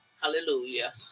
Hallelujah